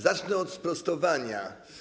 Zacznę od sprostowania.